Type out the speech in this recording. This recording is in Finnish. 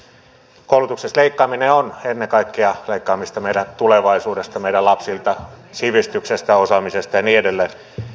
koulutuksesta leikkaaminen on ennen kaikkea leikkaamista meidän tulevaisuudesta meidän lapsilta sivistyksestä osaamisesta ja niin edelleen